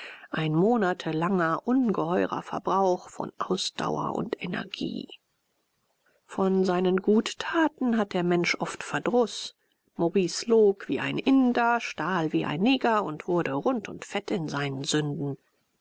ein monatelanger ungeheurer verbrauch von ausdauer und energie von seinen guttaten hat der mensch oft verdruß maurice log wie ein inder stahl wie ein neger und wurde rund und fett in seinen sünden